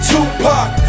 Tupac